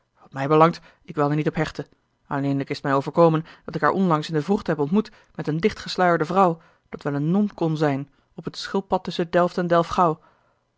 mij belangt ik wil daar niet op hechten alleenlijk is t mij overkomen dat ik haar onlangs in de vroegte heb ontmoet met eene